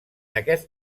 aquest